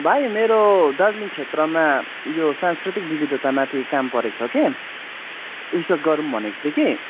भाइ मेरो दार्जिलिङ क्षेत्रमा यो सांस्कृतिक विविधता माथि काम परेको छ कि रिसर्च गरौँ भनेको थिएँ कि